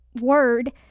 word